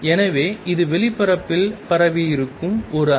எனவே இது வெளிப்பரப்பில் பரவியிருக்கும் ஒரு அலை